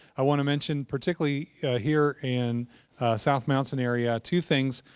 i want to mention, particularly here in south mountain area, two things.